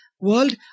world